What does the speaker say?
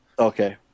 okay